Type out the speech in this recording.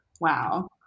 Wow